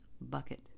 bucket